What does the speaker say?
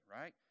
right